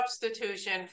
substitution